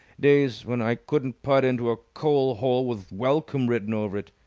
days when i couldn't putt into a coal-hole with welcome! written over it.